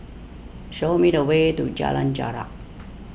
show me the way to Jalan Jarak